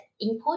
input